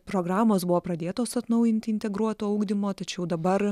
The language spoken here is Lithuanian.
programos buvo pradėtos atnaujinti integruoto ugdymo tačiau dabar